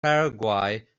paraguay